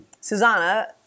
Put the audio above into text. Susanna